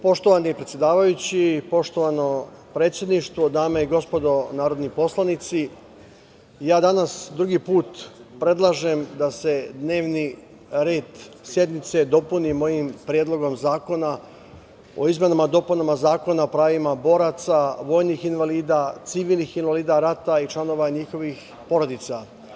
Poštovani predsedavajući, poštovani predsedništvo, dame i gospodo narodni poslanici, ja danas drugi put predlažem da se dnevni red sednice dopuni mojim predlogom zakona o izmenama i dopunama Zakona o pravima boraca, vojnih invalida, civilnih invalida rata i članova njihovih porodica.